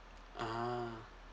ah